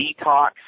detox